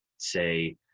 say